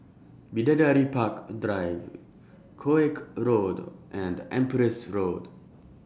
Bidadari Park Drive Koek Road and Empress Road